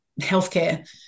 healthcare